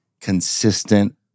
consistent